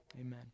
amen